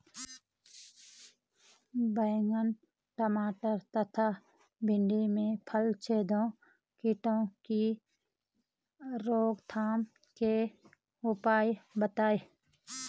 बैंगन टमाटर तथा भिन्डी में फलछेदक कीटों की रोकथाम के उपाय बताइए?